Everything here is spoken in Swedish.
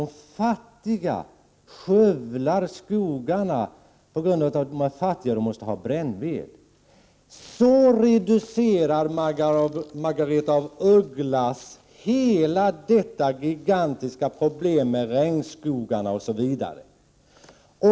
De fattiga skövlar skogarna på grund av att de är fattiga och måste ha brännved. På det sättet reducerar Margaretha af Ugglas hela detta gigantiska problem med regnskogarna osv.